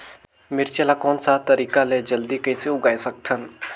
मिरचा ला कोन सा तरीका ले जल्दी कइसे उगाय सकथन?